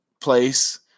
Place